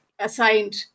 assigned